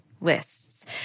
Lists